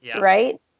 right